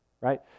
right